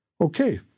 Okay